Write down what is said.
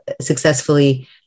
successfully